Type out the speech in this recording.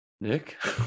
nick